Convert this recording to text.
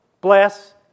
bless